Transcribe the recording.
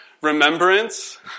remembrance